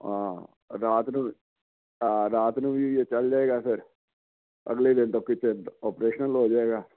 ਹਾਂ ਰਾਤ ਨੂੰ ਹਾਂ ਰਾਤ ਨੂੰ ਵੀ ਚਲ ਜਾਏਗਾ ਫਿਰ ਅਗਲੇ ਦਿਨ ਤੋਂ ਕਿਤੇ ਹੋ ਜਾਏਗਾ